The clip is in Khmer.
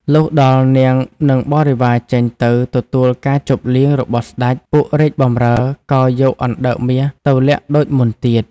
លុះដល់នាង និងបរិវារចេញទៅទទួលការជប់លៀងរបស់ស្ដេច ពួករាជបម្រើ ក៏ យកអណ្ដើកមាសទៅលាក់ដូចមុនទៀត ។